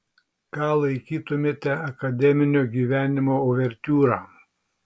ką laikytumėte akademinio gyvenimo uvertiūra